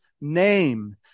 name